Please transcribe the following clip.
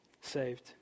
saved